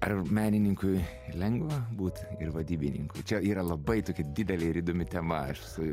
ar menininkui lengva būt ir vadybininkų čia yra labai tokia didelė ir įdomi tema aš esu